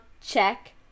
check